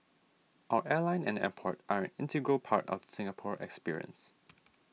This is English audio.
our airline and airport are an integral part of the Singapore experience